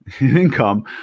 income